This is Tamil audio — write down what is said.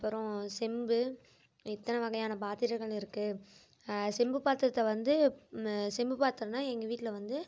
அப்புறம் செம்பு இத்தனை வகையான பாத்திரங்கள் இருக்குது செம்பு பாத்திரத்தை வந்து செம்பு பாத்திரம்னா எங்கள் வீட்டில் வந்து